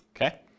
okay